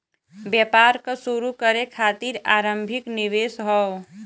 व्यापार क शुरू करे खातिर आरम्भिक निवेश हौ